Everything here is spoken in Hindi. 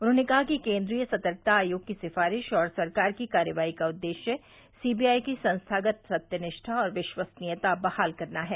उन्होंने कहा कि केन्द्रीय सतर्कता आयोग की सिफारिश और सरकार की कार्रवाई का उद्देश्य सीबीआई की संस्थागत सत्यनिष्ठा और विश्वसनीयता बहाल करना है